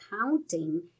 counting